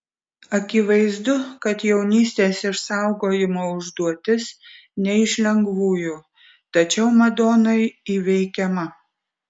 akivaizdu kad jaunystės išsaugojimo užduotis ne iš lengvųjų tačiau madonai įveikiama